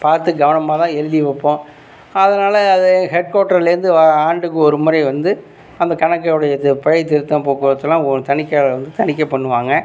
பார்த்து கவனமாதான் எழுதி வைப்போம் அதனால் அது ஹெட் கோட்டர்லேந்து வா ஆண்டுக்கு ஒரு முறை வந்து அந்த கணக்கை உடைய த பிழை திருத்தம் போக்குவரத்தெலாம் ஒரு தணிக்கையாளர் வந்து தணிக்கை பண்ணுவாங்க